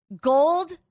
gold